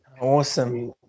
Awesome